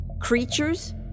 Creatures